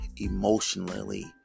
emotionally